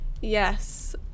yes